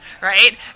right